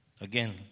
again